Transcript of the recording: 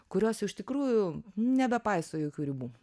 kurios jau iš tikrųjų nebepaiso jokių ribų